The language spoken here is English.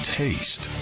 taste